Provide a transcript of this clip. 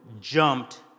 jumped